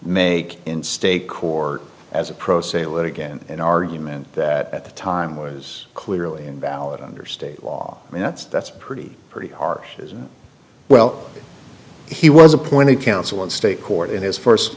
make in state court as a pro se litigant an argument that at the time was clearly invalid under state law i mean that's that's pretty pretty harsh as well he was appointed counsel of state court in his first